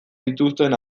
dituzten